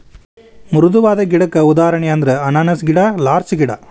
ಮೃದುವಾದ ಗಿಡಕ್ಕ ಉದಾಹರಣೆ ಅಂದ್ರ ಅನಾನಸ್ ಗಿಡಾ ಲಾರ್ಚ ಗಿಡಾ